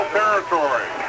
territory